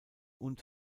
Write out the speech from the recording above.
und